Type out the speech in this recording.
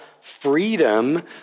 freedom